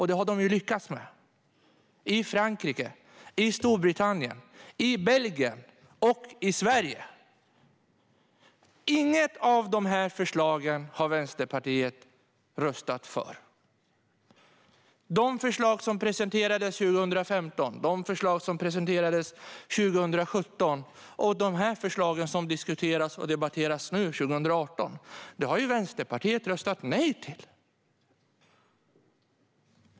Det har lyckats i Frankrike, Storbritannien, Belgien och Sverige. Inget av dessa förslag har Vänsterpartiet röstat för. De förslag som presenterades 2015 och 2017 och de förslag som diskuteras och debatteras nu, 2018, har Vänsterpartiet röstat nej till.